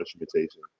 instrumentation